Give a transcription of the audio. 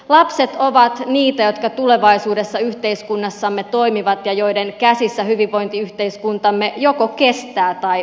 lapset ovat niitä jotka tulevaisuudessa yhteiskunnassamme toimivat ja joiden käsissä hyvinvointiyhteiskuntamme joko kestää tai kaatuu